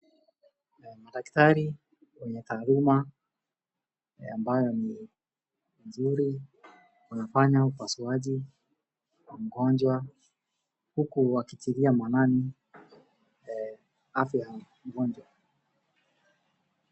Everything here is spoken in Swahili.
Madaktari wenye taaluma ambayo ni nzuri wanafanyua upasuaji kwa mgonjwa. Huku wakitilia maanani afya ya mgonjwa.